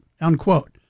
unquote